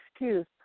excuse